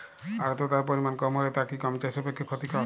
আর্দতার পরিমাণ কম হলে তা কি গম চাষের পক্ষে ক্ষতিকর?